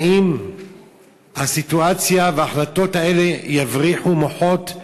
האם הסיטואציה וההחלטות האלה יבריחו מוחות,